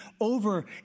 over